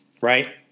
Right